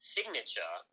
Signature